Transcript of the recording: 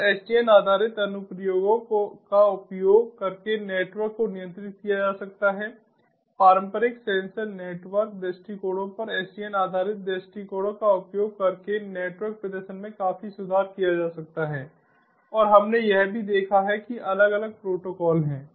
और SDN आधारित अनुप्रयोगों का उपयोग करके नेटवर्क को नियंत्रित किया जा सकता है पारंपरिक सेंसर नेटवर्क दृष्टिकोणों पर SDN आधारित दृष्टिकोणों का उपयोग करके नेटवर्क प्रदर्शन में काफी सुधार किया जा सकता है और हमने यह भी देखा है कि अलग अलग प्रोटोकॉल हैं